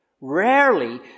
Rarely